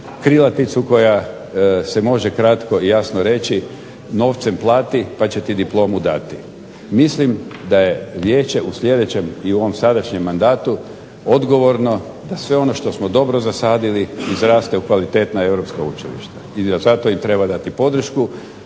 krilaticu koja se može kratko i jasno reći "Novcem plati, pa će ti diplomu dati". Mislim da je Vijeće u ovom i sadašnjem mandatu odgovorno da sve ono što smo dobro zasadili izraste u kvalitetna europska učilišta i zato im treba dati podršku